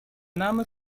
name